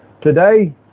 Today